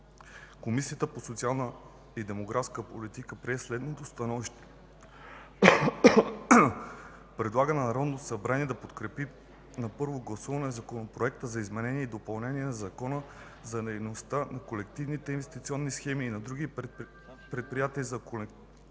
Комисията по труда, социалната и демографската политика прие следното становище: Предлага на Народното събрание да подкрепи на първо гласуване Законопроект за изменение и допълнение на Закона за дейността на колективните инвестиционни схеми и на други предприятия за колективно